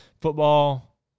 Football